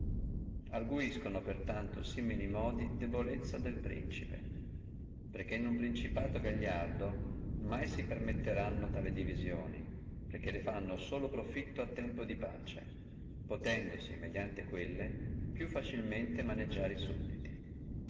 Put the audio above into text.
arguiscano per tanto simili modi debolezza del principe perché in uno principato gagliardo mai si permetteranno simili divisioni perché le fanno solo profitto a tempo di pace potendosi mediante quelle più facilmente maneggiare e sudditi